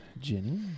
Jenny